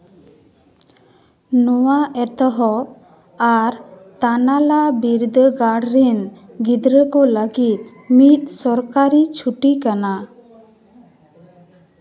ᱱᱚᱣᱟ ᱮᱛᱚᱦᱚᱵ ᱟᱨ ᱛᱟᱱᱟᱞᱟ ᱵᱤᱨᱫᱟᱹᱜᱟᱲ ᱨᱤᱱ ᱜᱤᱫᱽᱨᱟᱹ ᱠᱚ ᱞᱟᱹᱜᱤᱫ ᱢᱤᱫ ᱥᱚᱨᱠᱟᱨᱤ ᱪᱷᱩᱴᱤ ᱠᱟᱱᱟ